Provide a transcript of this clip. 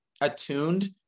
attuned